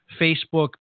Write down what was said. Facebook